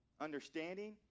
understanding